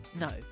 no